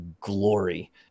glory